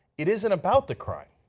it isn't about the crime.